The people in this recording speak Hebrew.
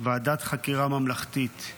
ועדת חקירה ממלכתית.